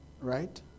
Right